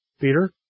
Peter